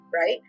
right